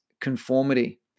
conformity